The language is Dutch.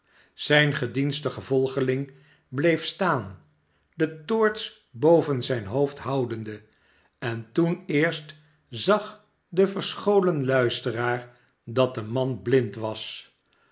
zijn gedienstige volgeling bleef staan de toorts boven zijn hoofd houdende en toen eerst zag de verscholen luisteraar dat de man blind was